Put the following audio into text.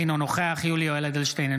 אינו נוכח יולי יואל אדלשטיין,